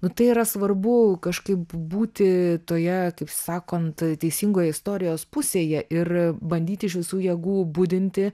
nu tai yra svarbu kažkaip būti toje kaip sakant teisingoje istorijos pusėje ir bandyti iš visų jėgų budinti